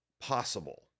possible